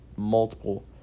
multiple